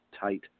tight